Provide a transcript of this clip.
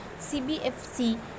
CBFC